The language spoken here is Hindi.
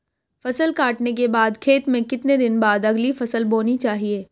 फसल काटने के बाद खेत में कितने दिन बाद अगली फसल बोनी चाहिये?